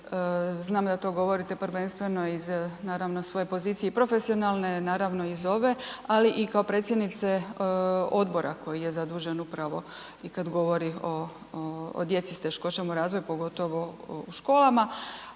znam da to govorite prvenstveno iz naravno svoje pozicije i profesionalne, naravno i iz ove, ali kao predsjednice odbora koji je zadužen upravo i kad govori o djeci s teškoćama u razvoju, pogotovo u školama.